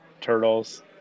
Turtles